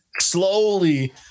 slowly